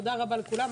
תודה רבה לכולם.